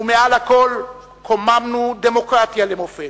ומעל לכול, קוממנו דמוקרטיה למופת,